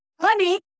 Honey